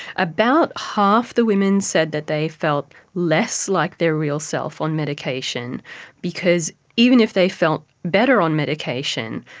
about half the women said that they felt less like their real self on medication because even if they felt better on medication,